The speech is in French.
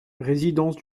résidence